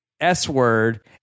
S-word